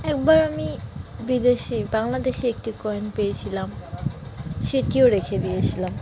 একবার আমি বিদেশি বাংলাদেশি একটি কয়েন পেয়েছিলাম সেটিও রেখে দিয়েছিলাম